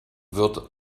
wird